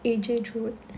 ajay drew it